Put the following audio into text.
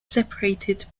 separated